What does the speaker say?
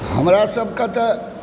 हमरासभकेँ तऽ